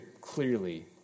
clearly